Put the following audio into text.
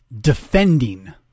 defending